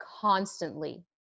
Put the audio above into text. constantly